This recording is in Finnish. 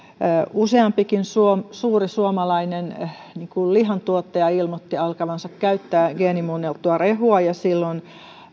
useampikin suuri suuri suomalainen lihantuottaja ilmoitti alkavansa käyttää geenimuunneltua rehua ja silloin